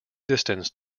distance